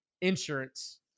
Insurance